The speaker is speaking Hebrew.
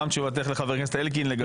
תשובתך לחבר הכנסת אלקין.